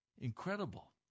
Incredible